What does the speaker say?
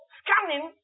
scanning